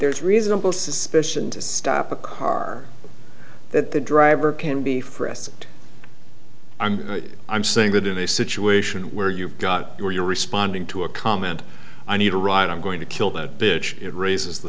there is reasonable suspicion to stop a car that the driver can be frisked i'm saying that in a situation where you've got your you're responding to a comment i need a ride i'm going to kill that bitch it raises the